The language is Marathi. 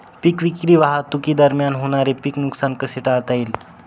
पीक विक्री वाहतुकीदरम्यान होणारे पीक नुकसान कसे टाळता येईल?